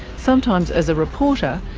sometimes as a reporter,